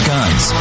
Guns